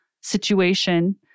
situation